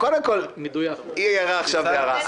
היא העירה עכשיו הערה.